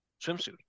swimsuit